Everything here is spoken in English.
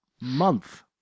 month